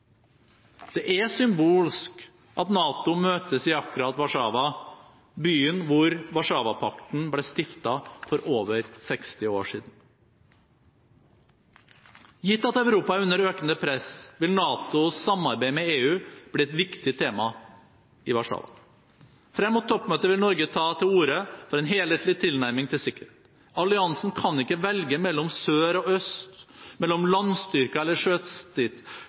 Det er symbolsk at NATO møtes i akkurat Warszawa – byen hvor Warszawapakten ble stiftet for over 60 år siden. Gitt at Europa er under økende press, vil NATOs samarbeid med EU bli et viktig tema i Warszawa. Frem mot toppmøtet vil Norge ta til orde for en helhetlig tilnærming til sikkerhet. Alliansen kan ikke velge mellom sør og øst, mellom landstyrker eller